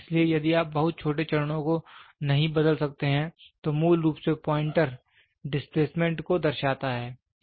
इसलिए यदि आप बहुत छोटे चरणों को नहीं बदल सकते हैं तो मूल रूप से प्वाइंटर डिस्प्लेसमेंट को दर्शाता है